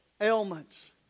ailments